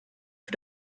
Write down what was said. für